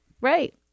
Right